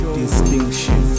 distinction